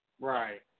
Right